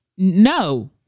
No